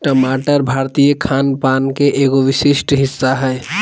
टमाटर भारतीय खान पान के एगो विशिष्ट हिस्सा हय